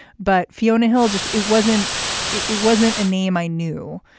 but fiona hill just it wasn't it it wasn't a name i knew.